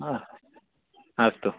अस्तु